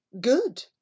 Good